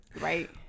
right